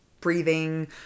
breathing